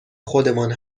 خودمان